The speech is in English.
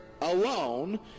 alone